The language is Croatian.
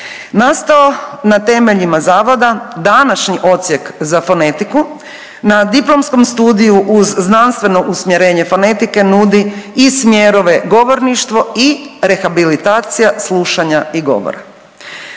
Nastao na temeljima zavoda današnji Odsjek za fonetiku na Diplomskom studiju uz znanstveno usmjerenje fonetike nudi i smjerove Govorništvo i rehabilitacija slušanja i govora.